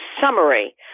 summary